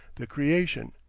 the creation,